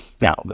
Now